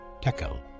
Tekel